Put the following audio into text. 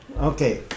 Okay